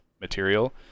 material